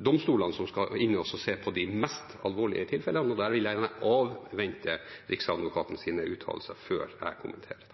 domstolene som skal inn og se på de mest alvorlige tilfellene, og der vil jeg gjerne avvente Riksadvokatens uttalelser før jeg kommenterer.